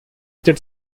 that